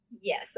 yes